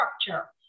structure